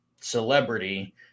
celebrity